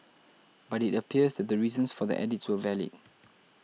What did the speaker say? but it appears the reasons for the edits were valid